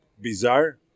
Bizarre